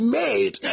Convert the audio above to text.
made